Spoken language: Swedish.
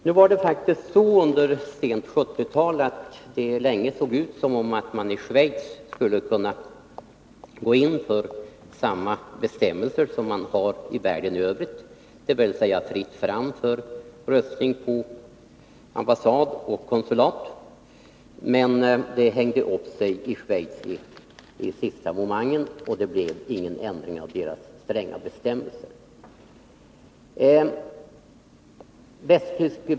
Nu var det faktiskt så under sent 1970-tal, att det länge såg ut som om man i Schweiz skulle kunna gå in för samma bestämmelser som finns i världen i Övrigt, dvs. fritt fram för röstning på ambassad och konsulat. Men det hängde upp sig i Schweiz i sista momentet, och det blev ingen ändring av de stränga bestämmelserna.